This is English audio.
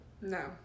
No